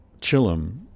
chillum